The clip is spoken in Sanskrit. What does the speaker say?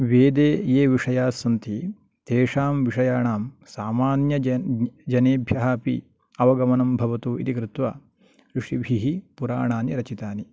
वेदे ये विषयाः सन्ति तेषां विषयाणां सामान्य जन् जनेभ्यः अपि अवगमनं भवतु इति कृत्वा ऋषिभिः पुराणानि रचितानि